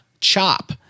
Chop